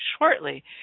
shortly